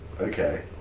okay